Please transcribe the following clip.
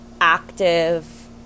active